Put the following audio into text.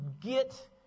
get